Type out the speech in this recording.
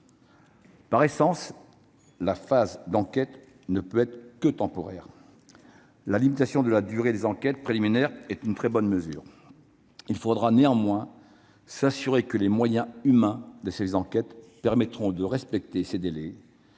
Par essence, la phase d'enquête ne peut être que temporaire. La limitation de la durée des enquêtes préliminaires est une très bonne mesure. Il faudra néanmoins s'assurer que les moyens humains des services d'enquête permettront de respecter ces délais